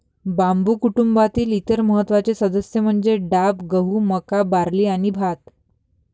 बांबू कुटुंबातील इतर महत्त्वाचे सदस्य म्हणजे डाब, गहू, मका, बार्ली आणि भात